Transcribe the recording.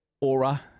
aura